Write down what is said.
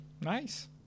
Nice